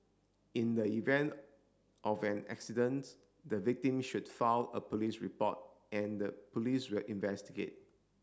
in the event of an accidents the victim should file a police report and the Police will investigate